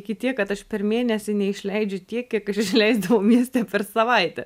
iki tiek kad aš per mėnesį neišleidžiu tiek kiek aš išleisdavau mieste per savaitę